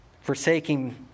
forsaking